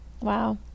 wow